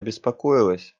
беспокоилась